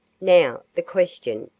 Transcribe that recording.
now, the question,